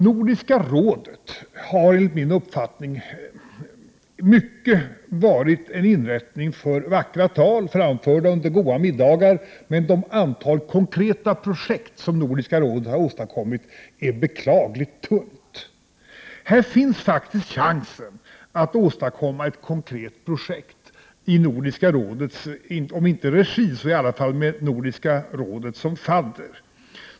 Nordiska rådet har enligt min uppfattning till stor del varit en inrättning för vackra tal framförda under goda middagar, men det antal konkreta projekt som Nordiska rådet har åstadkommit är beklagligt litet. Här finns det faktiskt en chans att åstadkomma ett konkret projekt om inte i Nordiska rådets regi så i varje fall med Nordiska rådet som fadder.